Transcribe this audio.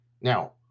Now